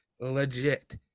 legit